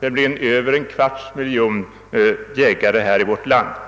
nämligen över en kvarts miljon jägare här i landet.